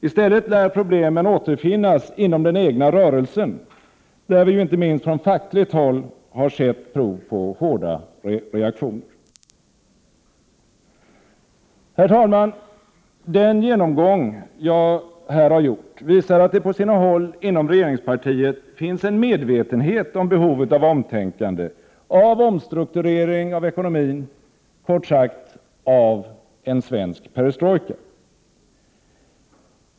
I stället lär problemen återfinnas inom den egna rörelsen, där vi ju inte minst från fackligt håll har sett prov på hårda reaktioner. Herr talman! Den genomgång som jag här har gjort visar att det på sina håll inom regeringspartiet finns en medvetenhet om behovet av omtänkande, av omstrukturering av ekonomin, kort sagt av en svensk perestrojka.